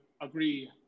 agree